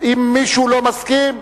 אם מישהו לא מסכים,